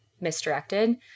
misdirected